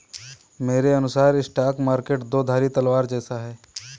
मेरे अनुसार stock market दो धारी तलवार जैसा है